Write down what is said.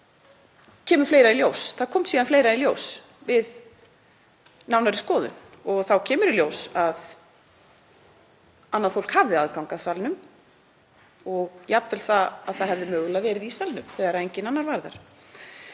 eru bara bull.“ Það kom síðan fleira í ljós við nánari skoðun. Þá kom í ljós að annað fólk hafði aðgang að salnum og jafnvel að það hefði mögulega verið í salnum þegar enginn annar var þar.